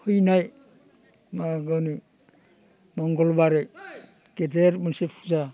फैनाय मागोनि मंगलबारै गेदेर मोनसे फुजा